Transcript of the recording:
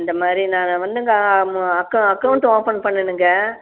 இந்த மாதிரி நாங்கள் வந்து இந்த அக்க அக்கவுண்டு ஓபன் பண்ணணுங்க